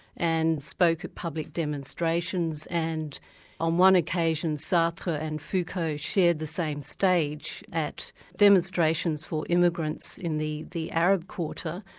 and spoke at public demonstrations and on one occasion sartre and foucault shared the same stage at demonstrations for immigrants in the the arab quarter.